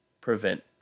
prevent